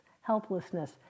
helplessness